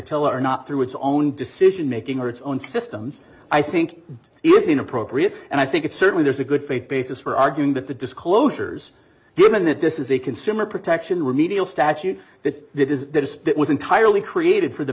tell or not through its own decision making or its own systems i think is inappropriate and i think it's certainly there's a good faith basis for arguing that the disclosures given that this is a consumer protection remedial statute that that is that is that was entirely created for the